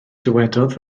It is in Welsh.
dywedodd